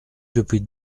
depuis